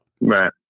right